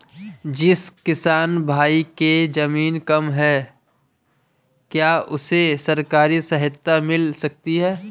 जिस किसान भाई के ज़मीन कम है क्या उसे सरकारी सहायता मिल सकती है?